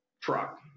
truck